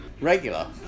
Regular